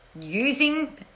using